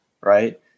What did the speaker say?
right